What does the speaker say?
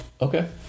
Okay